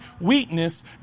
weakness